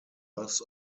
loss